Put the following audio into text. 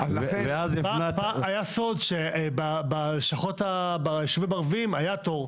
פעם היה סוד שביישובים הערביים היה תור,